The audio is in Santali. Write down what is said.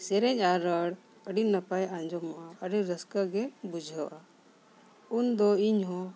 ᱥᱮᱨᱮᱧ ᱟᱨ ᱨᱚᱲ ᱟᱹᱰᱤ ᱱᱟᱯᱟᱭ ᱟᱸᱡᱚᱢᱚᱜᱼᱟ ᱟᱹᱰᱤ ᱨᱟᱹᱥᱠᱟᱹ ᱜᱮ ᱵᱩᱡᱷᱟᱹᱜᱼᱟ ᱩᱱ ᱫᱚ ᱤᱧ ᱦᱚᱸ